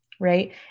right